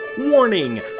Warning